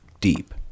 deep